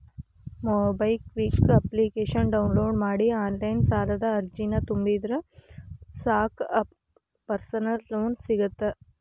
MobiKwik ಅಪ್ಲಿಕೇಶನ download ಮಾಡಿ online ಸಾಲದ ಅರ್ಜಿನ ತುಂಬಿದ್ರ ಸಾಕ್ ಪರ್ಸನಲ್ ಲೋನ್ ಸಿಗತ್ತ